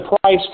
Price